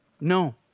no